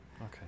Okay